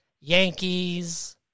Yankees